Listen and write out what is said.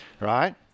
right